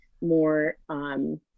more